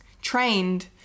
trained